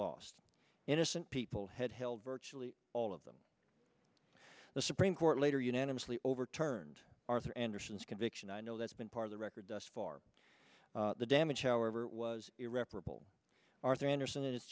lost innocent people had held virtually all of them the supreme court later unanimously overturned arthur andersen's conviction i know that's been part of the record thus far the damage however was irreparable arthur andersen